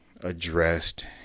addressed